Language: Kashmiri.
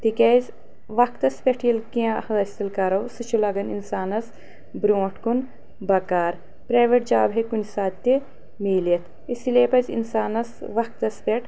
تِکیٛازِ وقتس پٮ۪ٹھ ییٚلہِ کینٛہہ حٲصِل کرو سُہ چھُ لگان انسانس برٛونٛٹھ کُن بکار پریویٹ جاب ہٮ۪کہِ کُنہِ ساتہٕ تہِ ملِتھ اسی لیے پزِ انسانس وقتس پٮ۪ٹھ